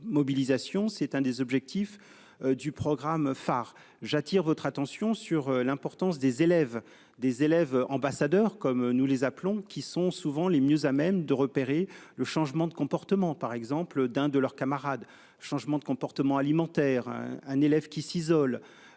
mobilisation, c'est un des objectifs du programme phare j'attire votre attention sur l'importance des élèves, des élèves ambassadeurs comme nous les appelons qui sont souvent les mieux à même de repérer le changement de comportement par exemple d'un de leurs camarades. Changement de comportement alimentaire un, un élève qui s'isole.